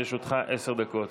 לרשותך עשר דקות.